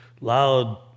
loud